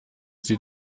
sie